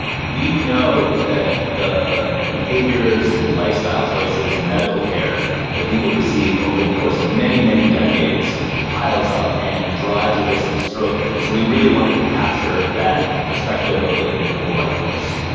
we know that the behaviours and lifestyle choices and medical care that people receive over the course of many, many decades piles up and drives a risk of stroke, and so we really wanted to capture that perspective of looking at the whole life course.